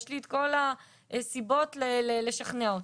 יש לי את כל הסיבות לשכנע אתכם'.